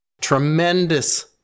tremendous